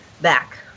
back